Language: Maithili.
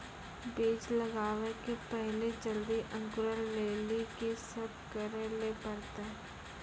बीज लगावे के पहिले जल्दी अंकुरण लेली की सब करे ले परतै?